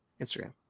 instagram